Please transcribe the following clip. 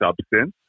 substance